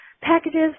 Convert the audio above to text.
packages